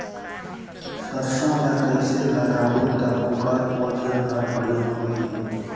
सरसो ला कइसे लगाबो ता ओकर ओजन हर बेडिया होही?